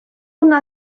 una